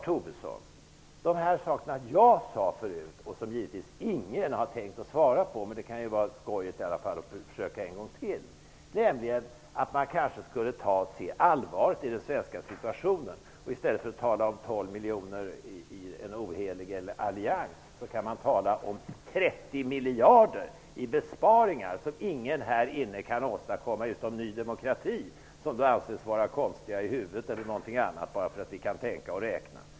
Ingen har tänkt svara på de frågor jag ställde förut, men det kan vara skojigt att försöka en gång till. Jag sade att vi skall se allvaret i den svenska situationen. I stället för att tala om 12 miljoner i en ohelig allians kan man tala om 30 miljarder i besparingar. Det kan ingen här inne utom Ny demokrati åstadkomma. Vi anses vara konstiga i huvudet bara för att vi kan tänka och räkna.